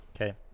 Okay